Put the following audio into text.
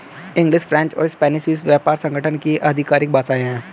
English, French और Spanish विश्व व्यापार संगठन की आधिकारिक भाषाएं है